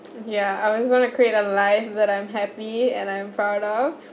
ya I was just want to create a life that I'm happy and I'm proud of